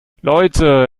leute